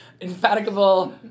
infatigable